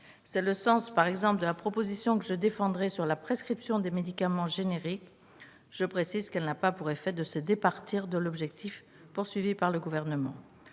C'est le sens, par exemple, de la proposition que je défendrai sur la prescription des médicaments génériques ; je précise qu'elle n'a pas pour effet de se départir de l'objectif poursuivi par le Gouvernement.